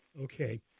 Okay